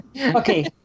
Okay